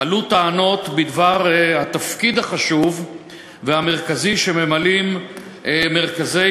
עלו טענות בדבר התפקיד החשוב והמרכזי שממלאים מרכזי